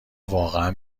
واقعا